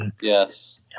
yes